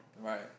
Right